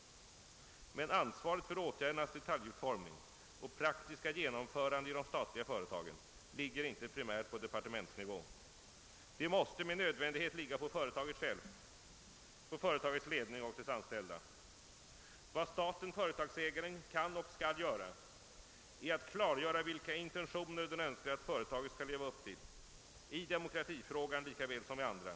Men ansvaret för åtgärdernas detaljutformning och praktiska genomförande i de statliga företagen ligger inte primärt på departementsnivå. Det måste med nödvändighet ligga på företaget självt, på dess ledning och dess anställda. Vad staten— företagsägaren kan och skall göra är att klarlägga vilka intentioner den önskar att företaget skall leva upp till, i demokratifrågan likaväl som i andra.